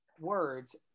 words